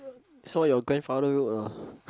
so your grandfather road ah